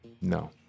No